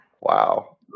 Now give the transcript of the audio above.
wow